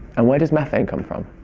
and where does methane come from?